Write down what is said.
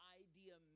idea